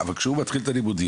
אבל כשהוא מתחיל את הלימודים,